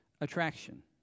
attraction